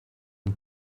and